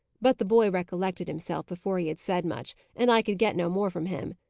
but the boy recollected himself before he had said much, and i could get no more from him.